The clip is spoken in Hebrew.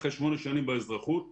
אחרי שמונה שנים באזרחות.